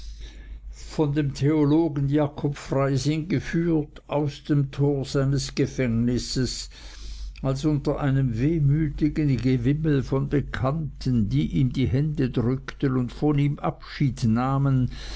von dem theologen jakob freising geführt aus dem tor seines gefängnisses als unter einem wehmütigen gewimmel von bekannten die ihm die hände drückten und von ihm abschied nahmen